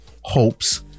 hopes